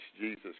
Jesus